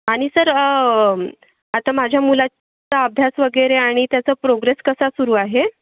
आणि सर आता माझ्या मुलाचा अभ्यास वगैरे आणि त्याचा प्रोग्रेस कसा सुरू आहे